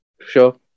Sure